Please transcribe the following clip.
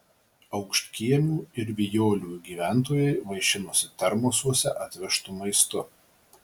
aukštkiemių ir vijolių gyventojai vaišinosi termosuose atvežtu maistu